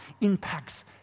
impacts